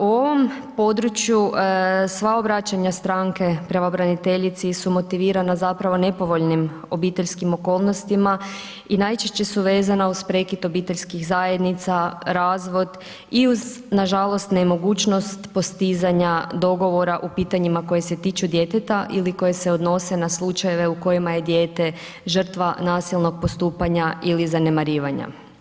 O ovom području sva obraćanja stranke pravobraniteljici su motivirana zapravo nepovoljnim obiteljskim okolnostima i najčešće su vezana uz prekid obiteljskih zajednica, razvod i uz nažalost nemogućnost postizanja dogovora u pitanjima koje se tiču djeteta ili koje se odnose na slučajeve u kojima je dijete žrtva nasilnog postupanja ili zanemarivanja.